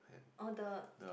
oh the